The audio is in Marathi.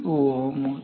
5 Ω होता